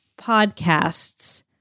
podcasts